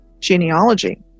genealogy